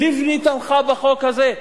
לבני תמכה בחוק הזה.